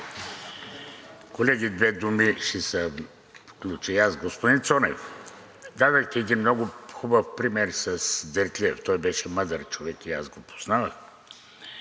Колеги, две думи, ще се включа и аз. Господин Цонев, дадохте един много хубав пример с Дертлиев, той беше мъдър човек и аз го познавах,